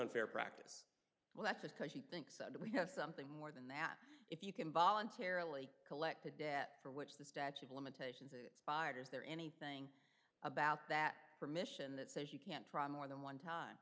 unfair practice well that just because she thinks that we have something more than that if you can voluntarily collect a debt for which the statute of limitations expired is there anything about that permission that says you can't try more than one time